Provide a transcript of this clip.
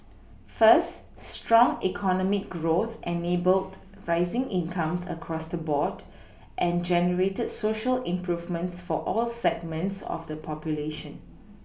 first strong economic growth enabled rising incomes across the board and generated Social improvements for all segments of the population